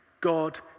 God